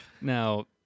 Now